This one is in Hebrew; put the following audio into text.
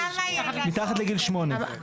מתחת לגיל שמונה.